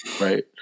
right